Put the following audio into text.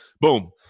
Boom